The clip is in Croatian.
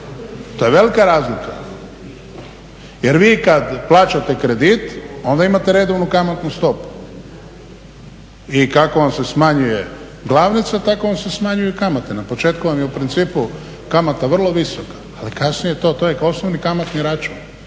To je velik razlika, jer vi kad plaćate kredit onda imate redovnu kamatnu stopu. I kako vam se smanjuje glavnica, tako vam se smanjuju i kamate. Na početku vam je u principu vrlo visoka. Ali kasnije to je osnovni kamatni račun.